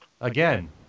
Again